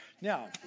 Now